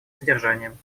содержанием